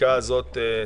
זה